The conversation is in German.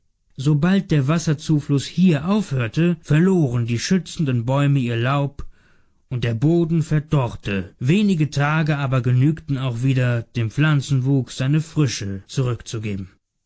sobald der wasserzufluß hier aufhörte verloren die schützenden bäume ihr laub und der boden verdorrte wenige tage aber genügten auch wieder dem pflanzenwuchs seine frische zurückzugeben